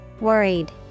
Worried